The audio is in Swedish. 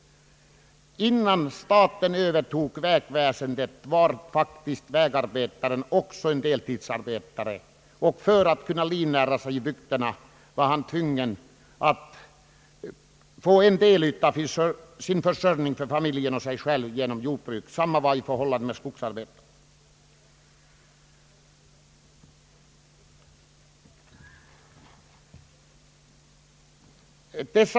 Innan staten övertog vägväsendet var faktiskt vägarbetaren deltidsarbetare och måste för att kunna livnära sig och sin familj skaffa en del av sin försörjning genom jordbruk. Detsamma var förhållandet med skogsarbetaren.